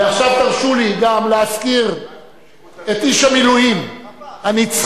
ועכשיו תרשו לי גם להזכיר את איש המילואים הנצחי